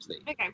Okay